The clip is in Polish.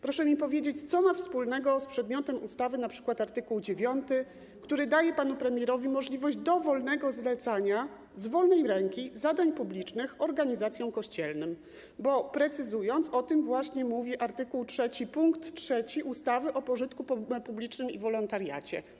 Proszę mi powiedzieć, co ma wspólnego z przedmiotem ustawy np. art. 9, który daje panu premierowi możliwość dowolnego zlecania, z wolnej ręki, zadań publicznych organizacjom kościelnym, bo precyzując, o tym właśnie mówi art. 3 pkt 3 ustawy o działalności pożytku publicznego i wolontariacie.